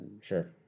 sure